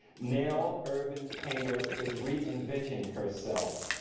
nell irvin painter is reinventing herself,